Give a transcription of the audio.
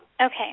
Okay